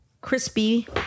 Crispy